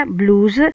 blues